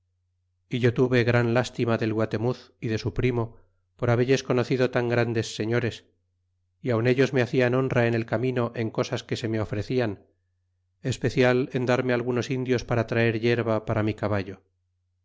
é yo tuve gran lstima del guatemuz y de su primo por habelles conocido tan grandes señores y aun ellos me hacian honra en el camino en cosas que se me ofrecian especial en darme algunos indios para traer yerba para mi caballo